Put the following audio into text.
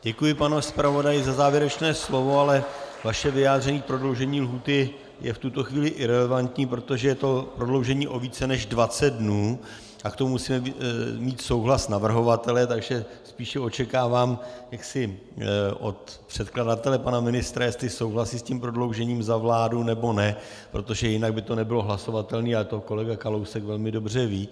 Děkuji, pane zpravodaji, za závěrečné slovo, ale vaše vyjádření k prodloužení lhůty je v tuto chvíli irelevantní, protože je to prodloužení o více než dvacet dnů a k tomu musíme mít souhlas navrhovatele, takže spíše očekávám od předkladatele pana ministra, jestli souhlasí s tím prodloužením za vládu, nebo ne, protože jinak by to nebylo hlasovatelné, ale to kolega Kalousek velmi dobře ví.